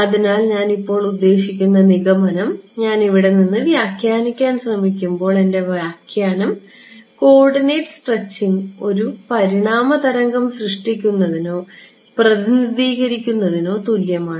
അതിനാൽ ഞാൻ ഇപ്പോൾ ഉദ്ദേശിക്കുന്ന നിഗമനം ഞാൻ ഇവിടെ നിന്ന് വ്യാഖ്യാനിക്കാൻ ശ്രമിക്കുമ്പോൾ എന്റെ വ്യാഖ്യാനം കോർഡിനേറ്റ് സ്ട്രെച്ചിംഗ് ഒരു പരിണാമ തരംഗം സൃഷ്ടിക്കുന്നതിനോ പ്രതിനിധീകരിക്കുന്നതിനോ തുല്യമാണ്